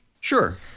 Sure